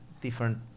different